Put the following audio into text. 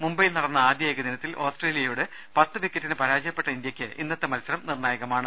മുംബൈയിൽ നടന്ന ആദൃ ഏകദിനത്തിൽ ഓസ്ട്രേ ലിയയോട് പത്തു വിക്കറ്റിന് പരാജയപ്പെട്ട ഇന്ത്യക്ക് ഇന്നത്തെ മത്സരം നിർണായകമാണ്